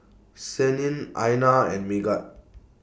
Senin Aina and Megat